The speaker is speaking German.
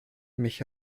mich